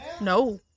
No